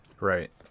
Right